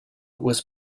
was